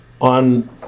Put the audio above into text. on